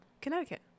Connecticut